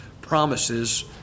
promises